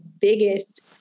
biggest